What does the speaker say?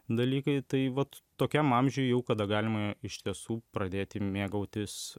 dalykai tai vat tokiam amžiuj jau kada galima iš tiesų pradėti mėgautis